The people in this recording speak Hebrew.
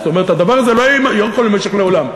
זאת אומרת, הדבר הזה לא יכול להימשך לעולם.